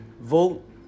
vote